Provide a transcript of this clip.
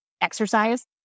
exercise